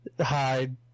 hide